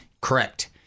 Correct